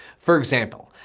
for example,